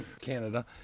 Canada